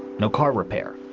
no car repair.